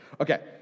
okay